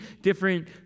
different